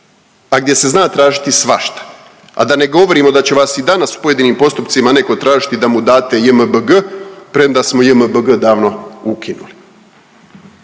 a gdje se zna tražiti svašta, a da ne govorimo da će vas i danas u pojedinim postupcima neko tražiti da mu date JMBG premda smo JMBG davno ukinuli.